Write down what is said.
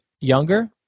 younger